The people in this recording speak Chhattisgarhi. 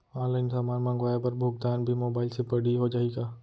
ऑनलाइन समान मंगवाय बर भुगतान भी मोबाइल से पड़ही हो जाही का?